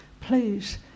please